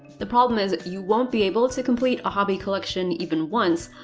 the problem is, you won't be able to complete a hobby collection even once,